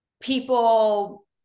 people